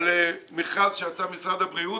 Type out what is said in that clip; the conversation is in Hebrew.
על מכרז שיצא ממשרד הבריאות